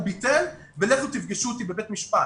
הוא ביטל ולכו תפגשו אותי בבית משפט.